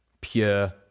Pure